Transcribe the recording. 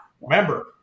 remember